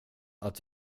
att